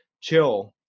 chill